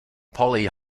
polly